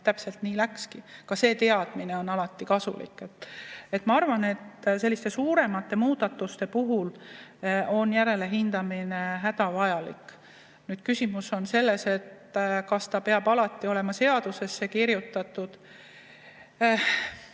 täpselt nii läkski. Ka see teadmine on alati kasulik. Ma arvan, et suuremate muudatuste puhul on järelhindamine hädavajalik. Küsimus on selles, kas see peab alati olema seadusesse kirjutatud.